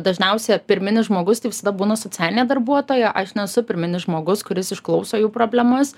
dažniausia pirminis žmogus tai visada būna socialinė darbuotoja aš nesu pirminis žmogus kuris išklauso jų problemas